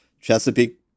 Chesapeake